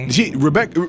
Rebecca